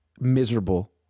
miserable